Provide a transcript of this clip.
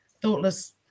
thoughtless